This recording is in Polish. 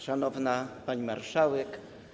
Szanowna Pani Marszałek!